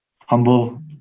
Humble